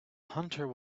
hunter